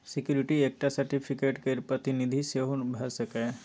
security एकटा certificate केर प्रतिनिधि सेहो भ सकैए